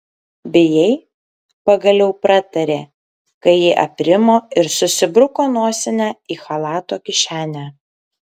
bijai pagaliau pratarė kai ji aprimo ir susibruko nosinę į chalato kišenę